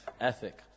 ethic